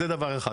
זה דבר אחד.